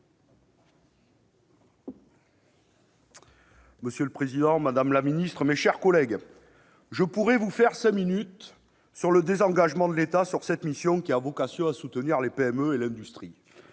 Monsieur le président, madame la secrétaire d'État, mes chers collègues, je pourrais vous faire cinq minutes sur le désengagement de l'État sur cette mission, qui a vocation à soutenir les PME et l'industrie.